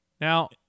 Now